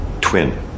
twin